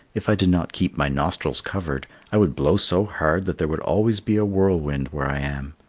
if i did not keep my nostrils covered, i would blow so hard that there would always be a whirlwind where i am.